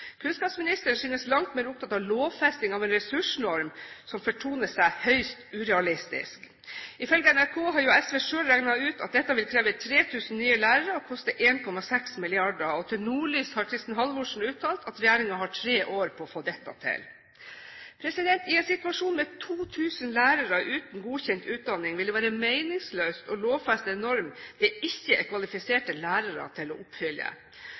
Kunnskapsministeren synes å være langt mer opptatt av lovfesting av en ressursnorm som fortoner seg høyst urealistisk. Ifølge NRK har jo SV selv regnet ut at dette vil kreve 3 000 nye lærere og koste 1,6 mrd. kr. Til Nordlys har Kristin Halvorsen uttalt at regjeringen har tre år på å få dette til. I en situasjon med 2 000 lærere uten godkjent utdanning vil det være meningsløst å lovfeste en norm det ikke er kvalifiserte lærere til å oppfylle.